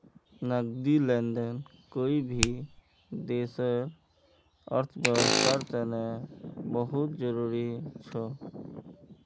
नकदी लेन देन कोई भी देशर अर्थव्यवस्थार तने बहुत जरूरी छ